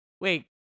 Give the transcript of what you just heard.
wait